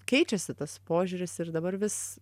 keičiasi tas požiūris ir dabar vis